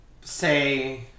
say